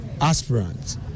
aspirants